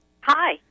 Hi